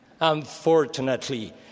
Unfortunately